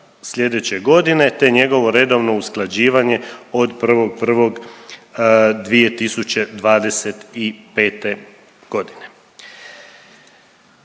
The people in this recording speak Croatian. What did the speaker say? slijedeće godine, te njegovo redovno usklađivanje od 1.1.2025.g..